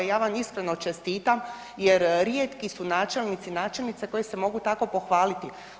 Ja vam iskreno čestitam, jer rijetki su načelnici, načelnice koje se mogu tako pohvaliti.